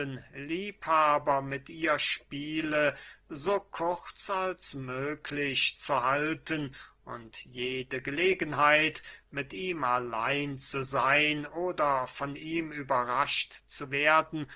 liebhaber mit ihr spiele so kurz als möglich zu halten und jede gelegenheit mit ihm allein zu seyn oder von ihm überrascht zu werden